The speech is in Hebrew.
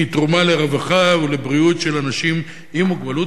והיא תרומה לרווחה ולבריאות של אנשים עם מוגבלות,